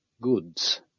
goods